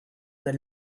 del